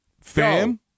Fam